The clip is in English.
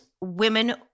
women